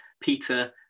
Peter